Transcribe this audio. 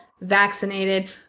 vaccinated